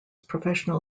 professional